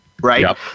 Right